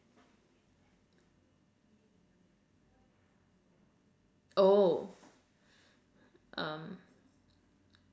oh um